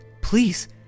please